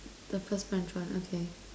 the first okay